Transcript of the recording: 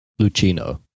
Lucino